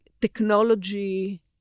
technology